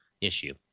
issue